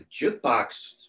jukebox